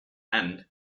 and